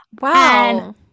Wow